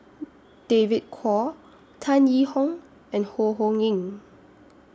David Kwo Tan Yee Hong and Ho Ho Ying